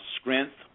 strength